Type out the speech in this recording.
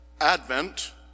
Advent